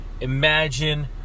imagine